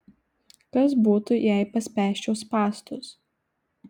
kas būtų jei paspęsčiau spąstus